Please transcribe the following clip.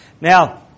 Now